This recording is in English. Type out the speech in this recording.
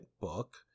book